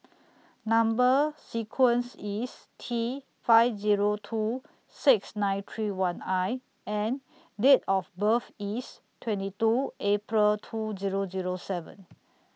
Number sequence IS T five Zero two six nine three one I and Date of birth IS twenty two April two Zero Zero seven